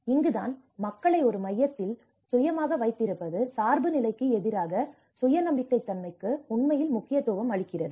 எனவே இங்குதான் மக்களை ஒரு மையத்தில் சுயமாக வைத்திருப்பது சார்புநிலைக்கு எதிராக சுய நம்பகத்தன்மைக்கு உண்மையில் முக்கியத்துவம் அளிக்கிறது